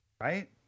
right